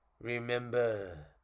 Remember